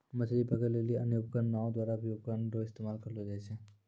मछली पकड़ै लेली अन्य उपकरण नांव द्वारा भी उपकरण रो इस्तेमाल करलो जाय छै